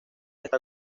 está